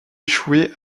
échoué